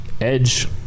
edge